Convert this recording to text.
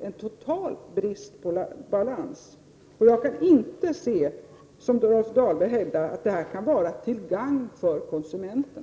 en total brist på balans i det resonemanget. Jag kan inte se att det, som Rolf Dahlberg hävdar, kan vara till gagn för konsumenterna.